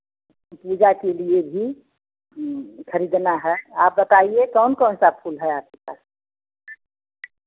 पूजा के लिया भी खरीदना है आप बताइए कौन कौनसा फूल है आपके पास